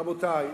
רבותי,